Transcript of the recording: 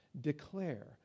declare